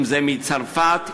אם מצרפת,